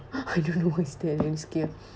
I don't know what is that eh